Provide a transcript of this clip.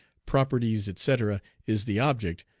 properties, etc, is the object,